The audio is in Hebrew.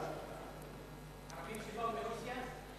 ערבים שבאו מרוסיה?